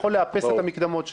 יכול לאפס את המקדמות שלו.